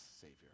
Savior